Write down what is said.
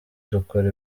dukora